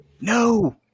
no